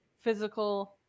physical